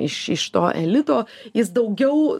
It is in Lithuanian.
iš iš to elito jis daugiau